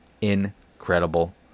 incredible